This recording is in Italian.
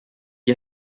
gli